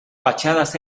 fachadas